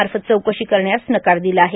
मार्फत चौकशी करण्यास नकार दिला आहे